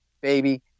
baby